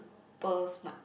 ~per smart